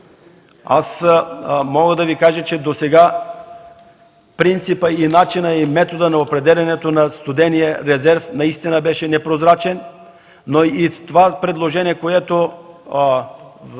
Аз мога да Ви кажа, че досега принципът, начинът и методът на определянето на студения резерв наистина беше непрозрачен, но и това предложение, което